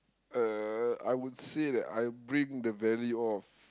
uh I would say that I bring the value of